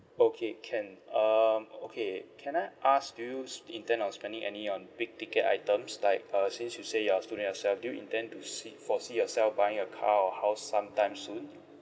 okay can um okay can I ask do you intend of spending any on big ticket items like uh since you say you're student yourself do you intend to see foresee yourself buying a car or house sometime soon